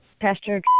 Pastor